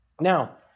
Now